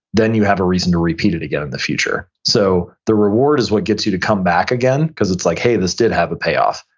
then you have a reason to repeat it again in the future. so the reward is what gets you to come back again because it's like this did have a payoff,